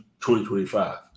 2025